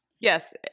Yes